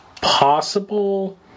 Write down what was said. possible